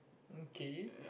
okay